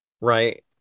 right